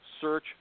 Search